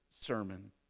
sermon